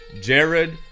Jared